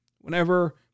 Whenever